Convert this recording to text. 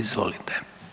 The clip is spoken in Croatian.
Izvolite.